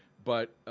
but